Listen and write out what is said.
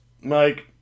Mike